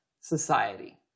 society